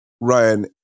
Ryan